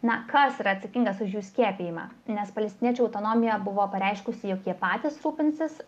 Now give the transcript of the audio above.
na kas yra atsakingas už jų skiepijimą nes palestiniečių autonomija buvo pareiškusi jog jie patys rūpinsis